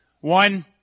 one